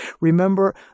Remember